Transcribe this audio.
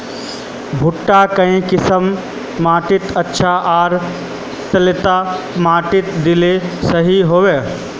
भुट्टा काई किसम माटित अच्छा, आर कतेला पानी दिले सही होवा?